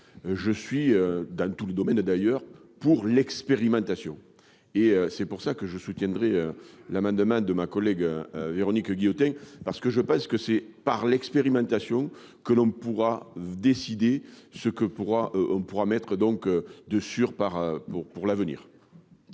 je suis dans tous les domaines d'ailleurs pour l'expérimentation et c'est pour ça que je soutiendrai l'amendement de ma collègue Véronique Guillotin, parce que je pense que c'est par l'expérimentation que l'on pourra décider ce que pourra, on pourra mettre